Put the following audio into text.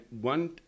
one